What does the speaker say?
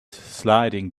sliding